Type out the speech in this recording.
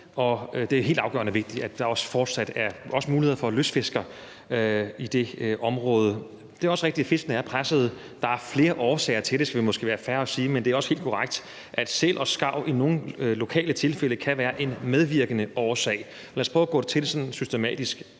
og det er helt afgørende vigtigt, at der også fortsat er muligheder for lystfiskere i det område. Det er også rigtigt, at fiskene er pressede. Der er flere årsager til det, skal vi måske være fair at sige, men det er også helt korrekt, at sæl og skarv i nogle lokale tilfælde kan være en medvirkende årsag. Lad os prøve at gå sådan systematisk